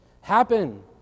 happen